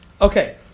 Okay